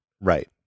Right